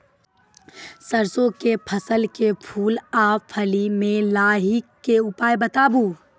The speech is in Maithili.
सरसों के फसल के फूल आ फली मे लाहीक के उपाय बताऊ?